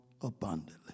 abundantly